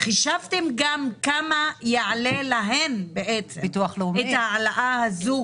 חישבתם כמה יעלה להם ההעלאה הזו?